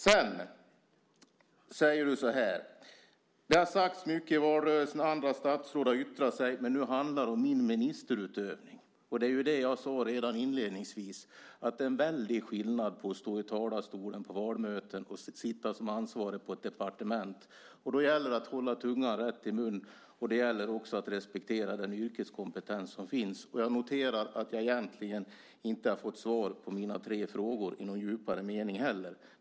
Sedan säger du så här: Det har sagts mycket i valrörelsen och andra statsråd har yttrat sig, men nu handlar det om min ministerutövning. Det var ju det jag sade redan inledningsvis, att det är en väldig skillnad på att stå i talarstolen på valmöten och att sitta som ansvarig på ett departement. Då gäller det att hålla tungan rätt i mun, och det gäller också att respektera den yrkeskompetens som finns. Jag noterar att jag egentligen inte har fått svar på mina tre frågor i någon djupare mening.